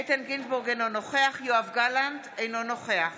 אינו נוכח יואב גלנט, אינו נוכח